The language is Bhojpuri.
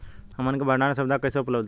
हमन के भंडारण सुविधा कइसे उपलब्ध होई?